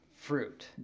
fruit